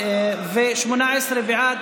ו-18 בעד